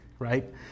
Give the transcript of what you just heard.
right